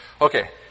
okay